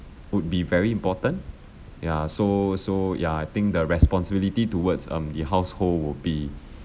would be very important ya so so ya I think the responsibility towards um the household would be